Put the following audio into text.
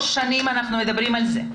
אנחנו מדברים על זה,